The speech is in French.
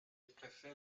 préfère